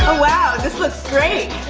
wow, this looks great!